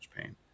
pain